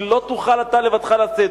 כי לא תוכל אתה לבדך לשאת.